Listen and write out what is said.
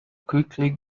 quickly